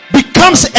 becomes